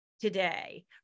today